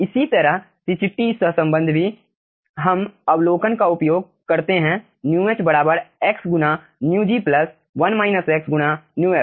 इसी तरह सिचिट्टी सहसंबंध भी हम अवलोकन का उपयोग करते हैं μh बराबर X गुणा μg प्लस गुणा μf